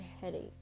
headache